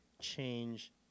change